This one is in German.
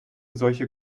solche